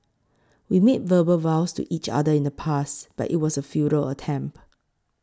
we made verbal vows to each other in the past but it was a futile attempt